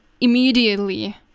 immediately